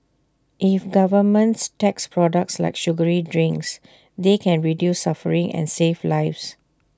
if governments tax products like sugary drinks they can reduce suffering and save lives